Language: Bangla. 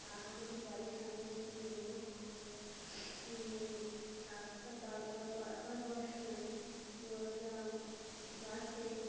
আমাদের বাড়ির সামনেই ছিল মেন রোড তো রাস্তা পা পারাপাড় হওয়ার সময় তো একটা বাসে